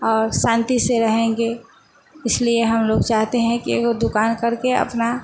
और शांती से रहेंगे इसलिए हम लोग चाहते हैं कि ए गो दुकान करके अपना